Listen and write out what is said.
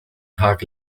tag